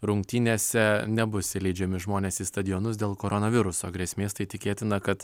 rungtynėse nebus įleidžiami žmonės į stadionus dėl koronaviruso grėsmės tai tikėtina kad